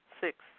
Six